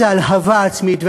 איזו הלהבה עצמית,